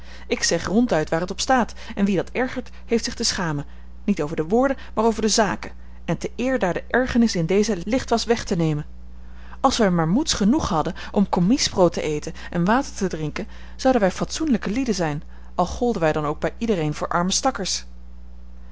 ik zeg ronduit waar het op staat en wie dat ergert heeft zich te schamen niet over de woorden maar over de zaken en te eer daar de ergernis in dezen licht was weg te nemen als wij maar moeds genoeg hadden om commiesbrood te eten en water te drinken zouden wij fatsoenlijke lieden zijn al golden wij dan ook bij iedereen voor arme stakkers